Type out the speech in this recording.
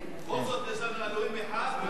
בכל זאת יש לנו אלוהים אחד ואבא אחד.